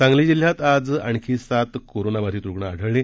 सांगली जिल्ह्यात आज आणखी सात कोरोना बाधित रुण आढळले